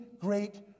great